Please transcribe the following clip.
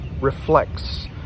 reflects